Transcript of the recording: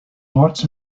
arts